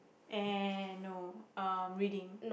and no um reading